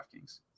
DraftKings